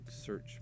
search